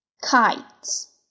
kites